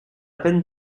peine